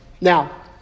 Now